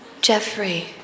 Jeffrey